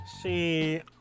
See